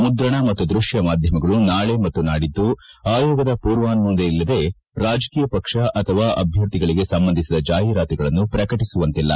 ಮುದ್ರಣ ಮತ್ತು ದೃಶ್ಯ ಮಾಧ್ಯಮಗಳು ನಾಳೆ ಮತ್ತು ನಾಡಿದ್ದು ಆಯೋಗದ ಪೂರ್ವಾನುಮೋದನೆ ಪಡೆಯದೆ ರಾಜಕೀಯ ಪಕ್ಷ ಮತ್ತು ಅಭ್ಯರ್ಥಿಗಳಿಗೆ ಸಂಬಂಧಿಸಿದ ಜಾಹಿರಾತುಗಳನ್ನು ಪ್ರಕಟಿಸುವಂತಿಲ್ಲ